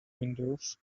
windows